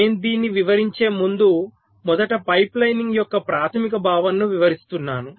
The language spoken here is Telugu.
నేను దీనిని వివరించే ముందు మొదట పైప్లైనింగ్ యొక్క ప్రాథమిక భావనను వివరిస్తున్నాను